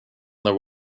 their